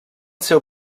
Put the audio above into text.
seu